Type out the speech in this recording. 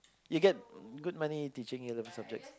you get good money teaching the other subjects